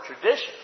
tradition